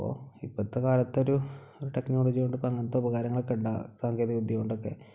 അപ്പോൾ ഇപ്പോഴത്തെ കാലത്തെ ഒരു ടെക്നോളജി കൊണ്ട് ഇപ്പം അങ്ങനത്തെ ഉപകാരങ്ങളൊക്കെ ഉണ്ട് സാങ്കേതിക വിദ്യ കൊണ്ടൊക്കെ